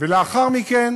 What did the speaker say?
ולאחר מכן